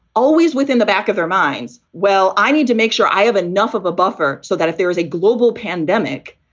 always within the back of their minds. well, i need to make sure i have enough of a buffer so that if there is a global pandemic,